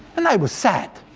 and i was sad,